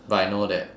but I know that